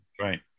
Right